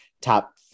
top